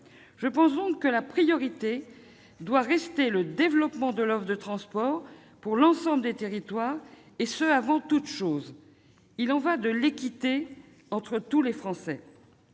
Je pense donc que la priorité doit rester le développement de l'offre de transport pour l'ensemble de nos territoires, et ce avant toute autre chose. Il y va de l'équité entre tous les Français.